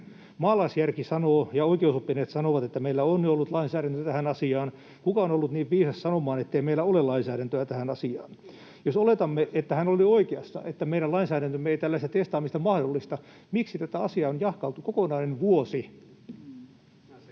Maalaisjärki sanoo ja oikeusoppineet sanovat, että meillä on jo ollut lainsäädäntö tähän asiaan. Kuka on ollut niin viisas sanomaan, ettei meillä ole lainsäädäntöä tähän asiaan? Jos oletamme, että hän oli oikeassa, että meidän lainsäädäntömme ei tällaista testaamista mahdollista, miksi tätä asiaa on jahkailtu kokonainen vuosi?